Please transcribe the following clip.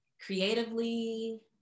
creatively